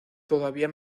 todavía